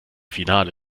finale